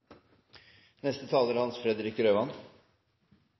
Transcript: Neste taler er